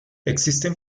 existen